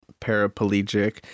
paraplegic